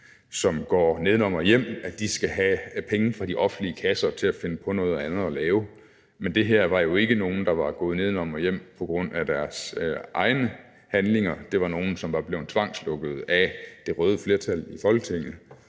som går nedenom og hjem, skal have penge fra de offentlige kasser til at finde på noget andet at lave, men det her var jo ikke nogen, der var gået nedenom og hjem på grund af deres egne handlinger. Det var nogle, som var blevet tvangslukkede af det røde flertal i Folketinget.